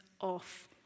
off